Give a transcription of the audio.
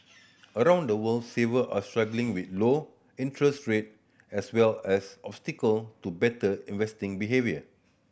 around the world saver are struggling with low interest rate as well as obstacle to better investing behaviour